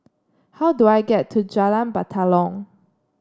how do I get to Jalan Batalong